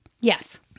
Yes